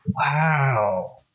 Wow